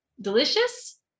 delicious